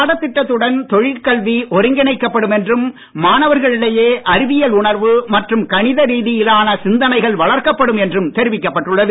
பாடதிட்டத்துடன் தொழில்கல்வி ஒருங்கிணைக்கப்படும் என்றும் மாணவர்களிடையே அறிவியல் உணர்வு மற்றும் கணித ரீதியிலான சிந்தனைகள் வளர்க்கப்படும் என்றும் தெரிவிக்கப்பட்டுள்ளது